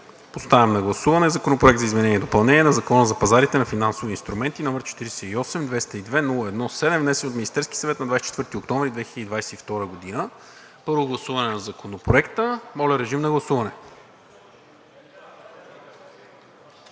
Поставям на гласуване Законопроект за изменение и допълнение на Закона за пазарите на финансови инструменти, № 48-202-01-7, внесен от Министерския съвет на 24 октомври 2022 г., първо гласуване на Законопроекта. Моля, режим на гласуване.